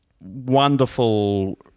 wonderful